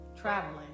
traveling